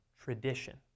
tradition